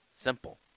Simple